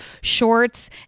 shorts